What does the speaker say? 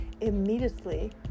immediately